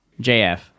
JF